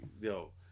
yo